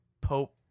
pope